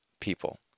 people